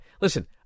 Listen